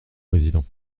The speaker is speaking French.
président